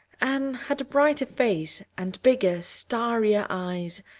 anne had a brighter face, and bigger, starrier eyes,